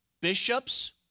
bishops